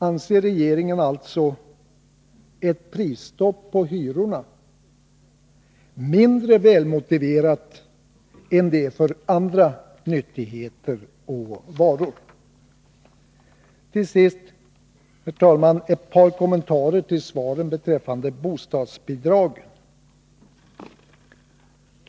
Anser regeringen alltså att ett prisstopp på hyrorna är mindre välmotiverat än det är för andra nyttigheter och varor? Låt mig till sist, herr talman, göra ett par kommentarer till svaret beträffande bostadsbidragen.